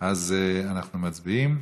אז אנחנו מצביעים.